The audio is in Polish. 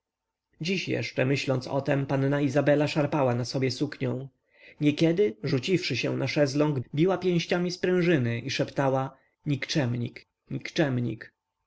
dziś jeszcze myśląc o tem panna izabela szarpała na sobie suknią niekiedy rzuciwszy się na szesląg biła pięściami sprężyny i szeptała nikczemnik nikczemnik